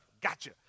Gotcha